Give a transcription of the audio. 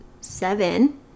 seven